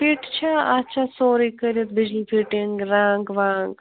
fit چھا اَتھ چھا سورُے کٔرِتھ بِجلی فِٹِنٛگ رنٛگ وَنٛگ